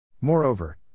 Moreover